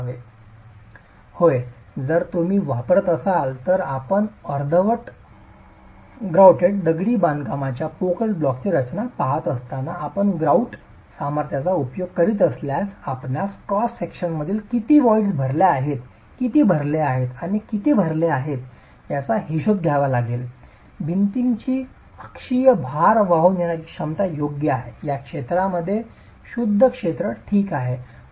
Student Design होय जर तुम्ही वापरत असाल तर आपण अर्धवट ग्रॉटेड दगडी बांधकाम बांधकामांच्या पोकळ ब्लॉकची रचना पहात असताना आपण ग्राउट सामर्थ्याचा उपयोग करीत असल्यास आपणास क्रॉस सेक्शनमधील किती व्हॉईड भरल्या आहेत किती भरले आहेत याचा हिशोब द्यावा लागेल भिंतीची अक्षीय भार वाहून नेण्याची क्षमता योग्य आहे त्या क्षेत्राचे शुद्ध क्षेत्र ठीक आहे